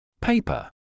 Paper